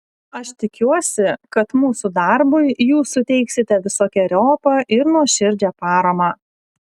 aš tikiuosi kad mūsų darbui jūs suteiksite visokeriopą ir nuoširdžią paramą